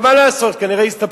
מה קורה עם ש"ס?